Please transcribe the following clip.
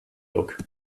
look